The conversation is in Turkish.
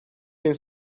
bin